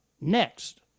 next